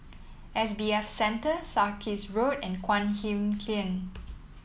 S B F Center Sarkies Road and Guan Huat Kiln